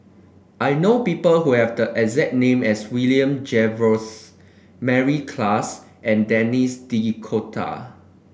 I know people who have the exact name as William Jervois Mary Klass and Denis D'Cotta